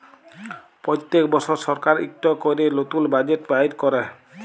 প্যত্তেক বসর সরকার ইকট ক্যরে লতুল বাজেট বাইর ক্যরে